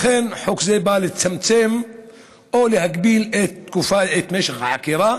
לכן, חוק זה בא לצמצם או להגביל את משך החקירה